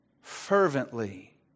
fervently